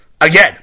Again